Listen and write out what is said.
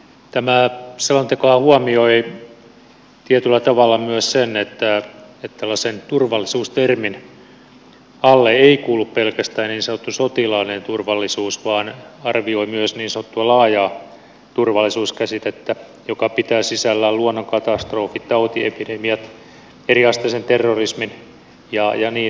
tämä selontekohan huomioi tietyllä tavalla myös sen että tällaisen turvallisuustermin alle ei kuulu pelkästään niin sanottu sotilaallinen turvallisuus vaan se arvioi myös niin sanottua laajaa turvallisuuskäsitettä joka pitää sisällään luonnonkatastrofit tautiepidemiat eriasteisen terrorismin jnp